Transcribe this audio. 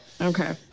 okay